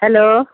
hello